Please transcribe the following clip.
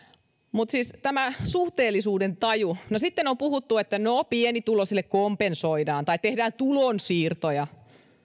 mutta siis tämä suhteellisuudentaju sitten on puhuttu että no pienituloisille kompensoidaan tai tehdään tulonsiirtoja